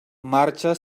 marxa